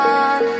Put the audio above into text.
on